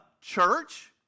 Church